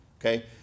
okay